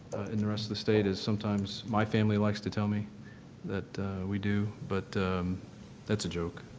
and the rest of the state as sometimes my family likes to tell me that we do, but that's a joke,